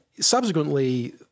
subsequently